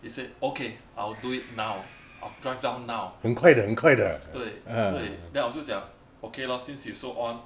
he said okay I'll do it now I'll drive down now 对对 then 我就讲 okay lor since you so on